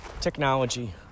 technology